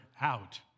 out